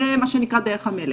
זה מה שנקרא דרך המלך.